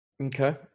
Okay